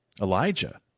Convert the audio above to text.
Elijah